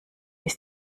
ist